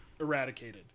eradicated